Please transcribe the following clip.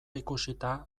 ikusita